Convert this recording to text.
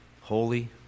holy